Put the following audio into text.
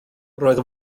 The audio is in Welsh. roedd